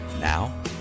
Now